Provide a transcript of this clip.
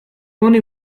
oni